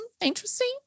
interesting